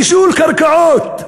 נישול מקרקעות,